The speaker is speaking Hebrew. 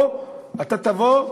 או אתה תבוא,